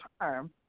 time